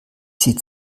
sie